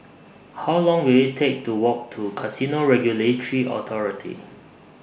How Long Will IT Take to Walk to Casino Regulatory Authority